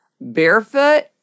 barefoot